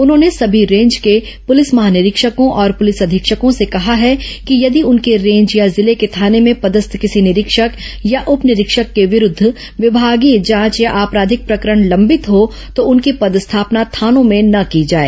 उन्होंने सभी रेंज के पुलिस महानिरीक्षकों और पुलिस अधीक्षकों से कहा है कि यदि उनके रेंज या जिले के थाने में पदस्थ किसी निरीक्षक या उप निरीक्षक के विरूद्ध विमागीय जांच या आपराधिक प्रकरण लंबित हो तो उनकी पदस्थापना थानों में न की जाए